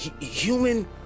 human